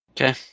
Okay